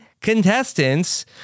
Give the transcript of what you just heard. contestants